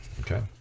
Okay